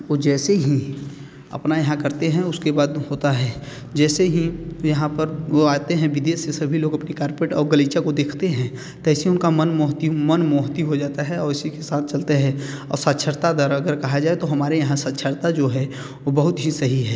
वो जैसे ही अपना यहाँ करते हैं उसके बाद होता है जैसे ही वे यहाँ पर वो आते हैं विदेश से सभी लोग अपने कार्पेट और गलीचा को देखते हैं तो ऐसे उनका मन मोहित मन मोहित हो जाता है और इसी के साथ चलता है और साक्षरता दर अगर कहा जाए तो हमारे यहाँ साक्षरता जो है वो बहुत ही सही है